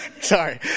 Sorry